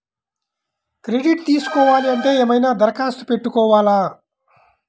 Credit తీసుకోవాలి అంటే ఏమైనా దరఖాస్తు పెట్టుకోవాలా?